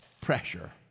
pressure